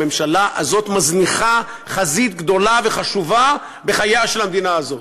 הממשלה הזאת מזניחה חזית גדולה וחשובה בחייה של המדינה הזאת.